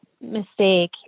mistake